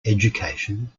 education